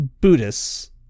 Buddhists